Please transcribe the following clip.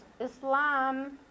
Islam